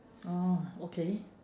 oh okay